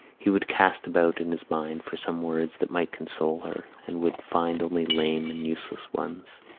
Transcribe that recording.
he would cast about in his mind for some words that might console her, and would find only lame and useless ones.